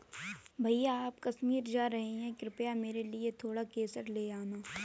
भैया आप कश्मीर जा रहे हैं कृपया मेरे लिए थोड़ा केसर ले आना